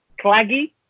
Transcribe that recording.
claggy